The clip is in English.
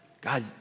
God